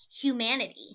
humanity